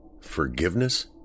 Forgiveness